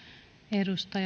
arvoisa